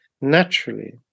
naturally